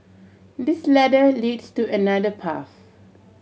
this ladder leads to another path